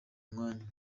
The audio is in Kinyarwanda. mwanya